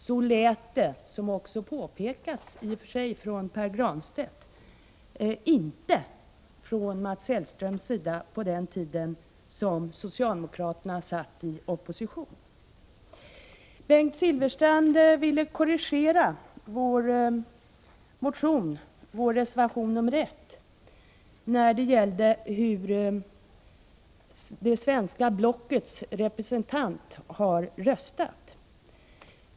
Så lät det, vilket också påpekas av Pär Granstedt, inte från Mats Hellströms sida på den tiden socialdemokraterna satt i opposition. Bengt Silfverstrand ville korrigera vår reservation 1, som tar upp motion 1984/85:978 när det gäller hur det svenska blockets representant har röstat.